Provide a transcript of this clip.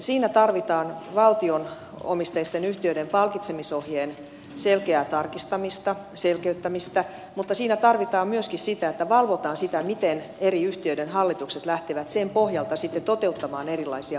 siinä tarvitaan valtio omisteisten yhtiöiden palkitsemisohjeen selkeää tarkistamista selkeyttämistä mutta siinä tarvitaan myöskin sitä että valvotaan sitä miten eri yhtiöiden hallitukset lähtevät sen pohjalta sitten toteuttamaan erilaisia palkitsemisjärjestelmiä